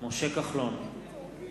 תזכור שיש מי